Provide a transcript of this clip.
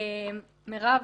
מירב,